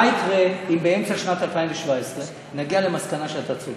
מה יקרה אם באמצע שנת 2017 נגיע למסקנה שאתה צודק,